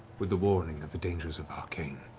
with the warning of the dangers of arcane,